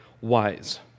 wise